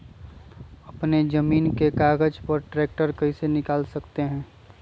अपने जमीन के कागज पर ट्रैक्टर कैसे निकाल सकते है?